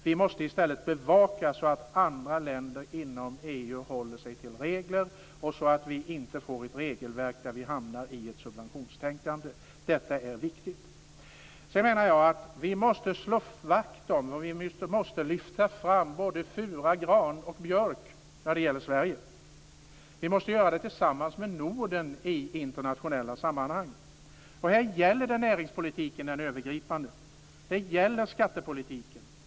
Vi måste i stället bevaka så att andra länder inom EU håller sig till reglerna och så att vi inte får ett regelverk där vi hamnar i ett subventionstänkande. Detta är viktigt. Sedan menar jag att vi måste slå vakt om och vi måste lyfta fram fura, gran och björk när det gäller Sverige. Vi måste göra det tillsammans med Norden i internationella sammanhang. Här gäller det den övergripande näringspolitiken. Det gäller skattepolitiken.